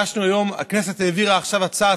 הכנסת העבירה עכשיו הצעה